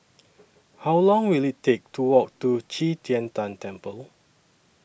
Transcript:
How Long Will IT Take to Walk to Qi Tian Tan Temple